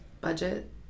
budget